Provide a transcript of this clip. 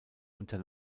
unter